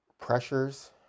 Pressures